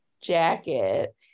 jacket